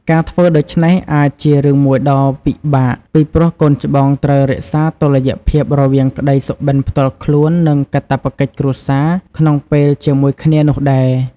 ការធ្វើដូច្នេះអាចជារឿងមួយដ៏ពិបាក ពីព្រោះកូនច្បងត្រូវរក្សាតុល្យភាពរវាងក្ដីសុបិនផ្ទាល់ខ្លួន និងកាតព្វកិច្ចគ្រួសារក្នុងពេលជាមួយគ្នានោះដែរ។